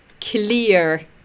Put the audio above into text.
clear